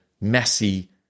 messy